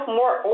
more